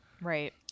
Right